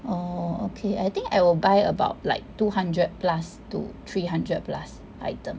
orh okay I think I will buy about like two hundred plus to three hundred plus item